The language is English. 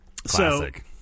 Classic